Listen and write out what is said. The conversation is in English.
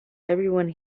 everyone